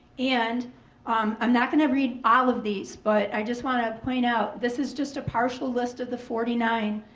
and um i'm not gonna read all of these, but i just want to point out, this is just a partial list of the forty nine,